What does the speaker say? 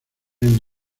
jones